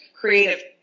creative